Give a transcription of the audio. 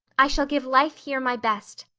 i shall give life here my best,